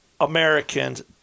Americans